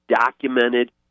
documented